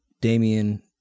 Damian